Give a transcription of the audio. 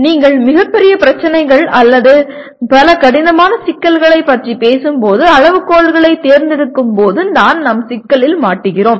நீங்கள் மிகப் பெரிய பிரச்சினைகள் அல்லது பல கடினமான சிக்கல்களைப் பற்றிப் பேசும்போது அளவுகோல்களைத் தேர்ந்தெடுக்கும் போது தான் நாம் சிக்கலில் மாட்டுகிறோம்